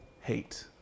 hate